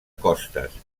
costes